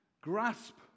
grasp